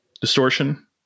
distortion